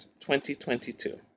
2022